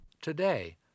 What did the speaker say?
Today